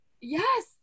Yes